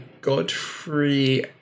Godfrey